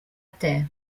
terre